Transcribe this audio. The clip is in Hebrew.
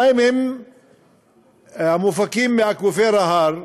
המים מופקים מאקוויפר ההר,